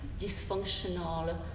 dysfunctional